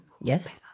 yes